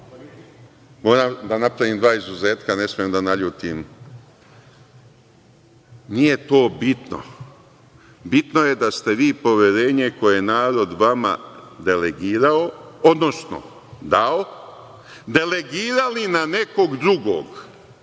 Moram da napravim dva izuzetka, ne smem da naljutim, nije to bitno. Bitno je da ste vi poverenje koje je narod vama delegirao, odnosno dao, delegirali na nekog drugog,